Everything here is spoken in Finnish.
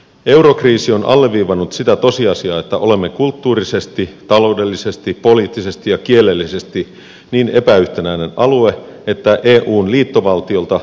eurokriisi on alleviivannut sitä tosiasiaa että olemme kulttuurisesti taloudellisesti poliittisesti ja kielellisesti niin epäyhtenäinen alue että eun liittovaltiolta puuttuu perusta